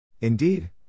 Indeed